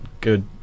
good